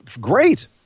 Great